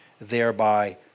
thereby